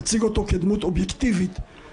מי שרוצה להשאיר אותם פה יכול להשאיר אותם